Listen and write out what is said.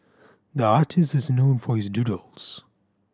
the artist is known for his doodles